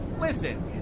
Listen